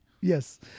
yes